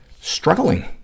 struggling